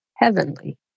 Heavenly